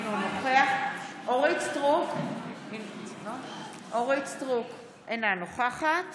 אינו נוכח אורית מלכה סטרוק, אינה נוכחת